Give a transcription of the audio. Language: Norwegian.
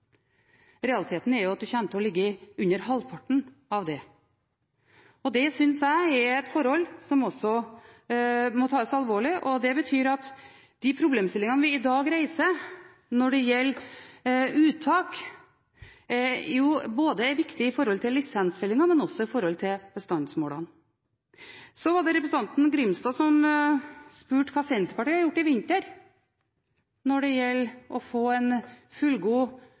Realiteten er at en kommer til å ligge under halvparten av det. Det synes jeg er et forhold som også må tas alvorlig, og det betyr at de problemstillingene vi i dag reiser når det gjelder uttak, er viktig både med tanke på lisensfellingen og med tanke på bestandsmålene. Så var det representanten Grimstad, som spurte hva Senterpartiet hadde gjort i vinter med hensyn til å få en fullgod